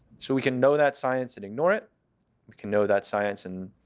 so we can know that science and ignore it. we can know that science and